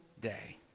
day